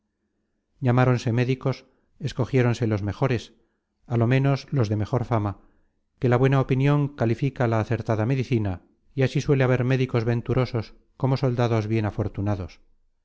llamáronse médicos escogieronse los mejores á lo menos los de mejor fama que la buena opinion califica la acertada medicina y así suele haber médicos venturosos como soldados bien afortunados